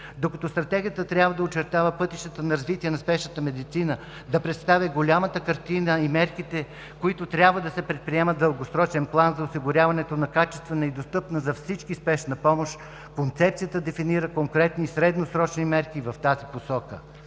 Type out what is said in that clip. Докато Стратегията трябва да очертава пътищата на развитие на спешната медицина, да представя голямата картина и мерките, които трябва да се предприемат в дългосрочен план за осигуряването на качествена и достъпна за всички спешна помощ, Концепцията дефинира конкретни и средносрочни мерки в тази посока.